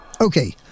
Okay